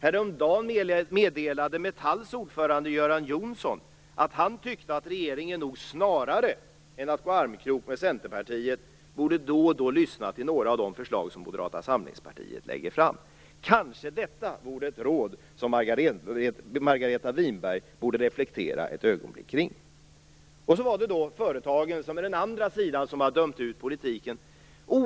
Häromdagen meddelade Metalls ordförande Göran Jonsson att han tyckte att regeringen hellre än att gå armkrok med Centerpartiet då och då borde lyssna till några av de förslag som Moderata samlingspartiet lägger fram. Detta kanske vore ett råd som Margareta Winberg borde reflektera över ett ögonblick. Den andra sidan som har dömt ut politiken är företagen.